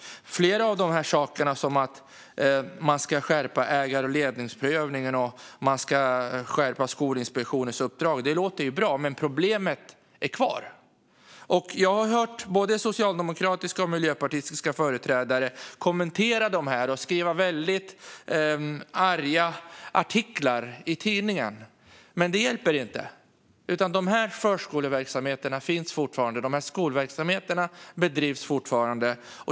Flera av dessa saker, som att man ska skärpa ägar och ledningsprövningen och skärpa Skolinspektionens uppdrag, låter ju bra, men problemet finns kvar. Jag har hört både socialdemokratiska och miljöpartistiska företrädare kommentera detta och skriva väldigt arga artiklar i tidningen. Men det hjälper inte, utan de här förskole och skolverksamheterna bedrivs fortfarande.